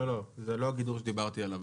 לא, זה לא הגידור שדיברתי עליו.